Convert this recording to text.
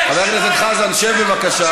חבר הכנסת חזן, שב בבקשה.